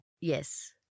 Yes